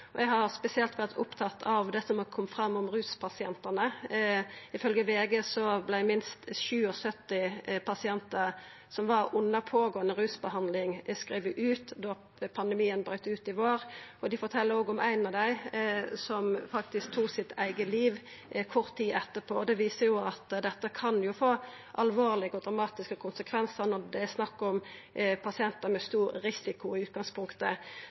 Eg har spesielt vore opptatt av ruspasientane. Ifølgje VG vart minst 77 pasientar som var under pågåande rusbehandling, skrivne ut da pandemien braut ut i vår. Dei fortel òg at ein av dei tok sitt eige liv kort tid etterpå. Dette viser jo at dette kan få alvorlege og dramatiske konsekvensar når det der snakk om pasientar med stor risiko i utgangspunktet.